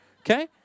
Okay